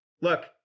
look